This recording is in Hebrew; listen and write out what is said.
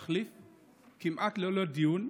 כמעט ללא דיון.